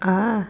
ah